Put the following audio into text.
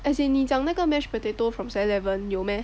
as in 你讲那个 mash potato from seven eleven 有咩